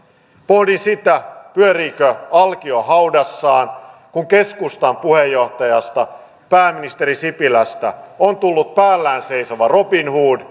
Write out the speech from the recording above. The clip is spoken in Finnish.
pohdin sitä pyöriikö alkio haudassaan kun keskustan puheenjohtajasta pääministeri sipilästä on tullut päällään seisova robin hood